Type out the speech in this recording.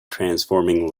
transforming